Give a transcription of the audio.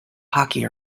hockey